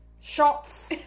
shots